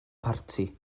parti